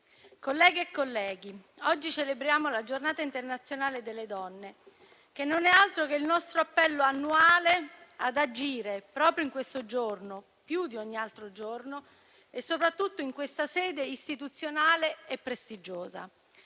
colleghi e colleghe, oggi celebriamo la Giornata internazionale della donna, che non è altro che il nostro appello annuale ad agire, proprio in questo giorno, più di ogni altro giorno e soprattutto in questa sede istituzionale e prestigiosa.